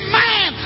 man